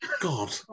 God